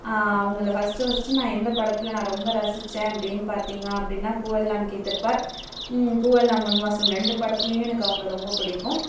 அவங்கள first first நான் எந்த படத்தில் நான் ரொம்ப ரசித்தேன் அப்படின்னு பார்த்திங்க அப்படின்னா பூவெல்லாம் கேட்டுப்பார் பூவெல்லாம் உன் வாசம் ரெண்டு படத்துலேயும் எனக்கு அவங்கள ரொம்ப பிடிக்கும்